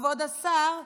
כבוד השר,